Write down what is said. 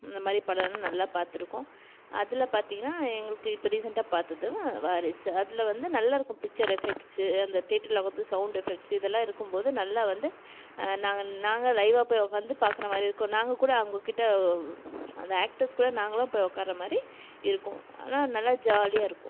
இந்த மாதிரி படம் நல்லா பாத்திருக்கோம் அதில் பார்த்திங்கனா எங்களுக்கு இப்போ ரீசெண்டாக பார்த்தது வாரிசு அதில் வந்து நல்லாயிருக்கும் பிச்சர் எஃபெக்ட்ஸு அந்த தேட்டரில் வந்து சௌண்ட் எஃபெக்ட்ஸு இதெல்லாம் இருக்கும்போது நல்லா வந்து நாங்கள் நாங்கள் லைவாக போய் உக்காந்து பாக்கிற மாதிரி இருக்கும் நாங்கக் கூட அவங்கக் கிட்டே அந்த ஆக்டர்ஸ் கூட நாங்களும் போய் உக்கார்ற மாதிரி இருக்கும் ஆனால் நல்லா ஜாலியாக இருக்கும்